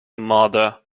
mother